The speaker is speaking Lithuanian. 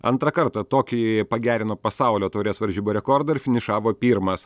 antrą kartą tokijuje pagerino pasaulio taurės varžybų rekordą ir finišavo pirmas